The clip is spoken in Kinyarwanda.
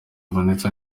vanessa